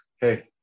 hey